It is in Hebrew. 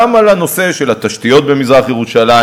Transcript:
גם לנושא של התשתיות במזרח-ירושלים,